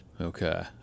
Okay